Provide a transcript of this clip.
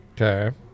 Okay